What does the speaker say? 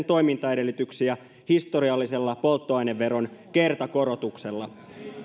toimintaedellytyksiä historiallisella polttoaineveron kertakorotuksella